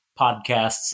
podcasts